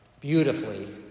beautifully